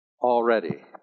already